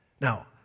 Now